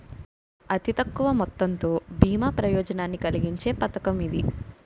అతి తక్కువ మొత్తంతో బీమా ప్రయోజనాన్ని కలిగించే పథకం ఇది